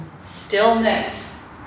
stillness